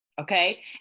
okay